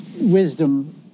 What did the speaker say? wisdom